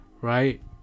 right